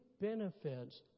benefits